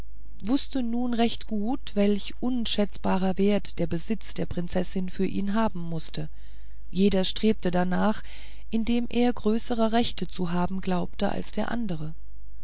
wußte recht gut welch unschätzbaren wert der besitz der prinzessin für ihn haben mußte und jeder strebte darnach indem er größeres recht zu haben glaubte als der andere